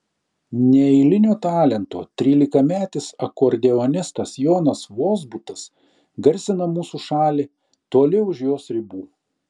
neeilinio talento trylikametis akordeonistas jonas vozbutas garsina mūsų šalį toli už jos ribų